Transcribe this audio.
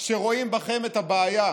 שרואים בכם את הבעיה,